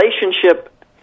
relationship